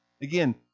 Again